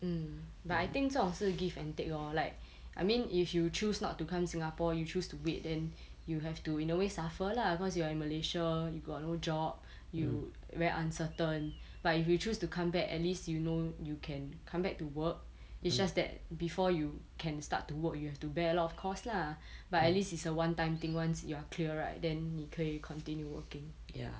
mm but I think 这种事 give and take lor like I mean if you choose not to come singapore you choose to wait then you have to in a way suffer lah cause you are in malaysia you got no job you very uncertain but if you choose to come back at least you know can come back to work it's just that before you can start to work you have to bear a lot of cost lah but at least it's a one time thing once you are clear right then 你可以 continue working